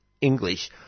English